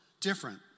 Different